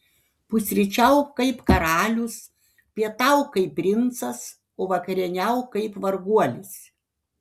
pusryčiauk kaip karalius pietauk kaip princas o vakarieniauk kaip varguolis